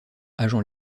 agent